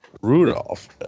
Rudolph